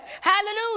Hallelujah